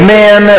man